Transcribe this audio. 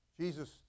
Jesus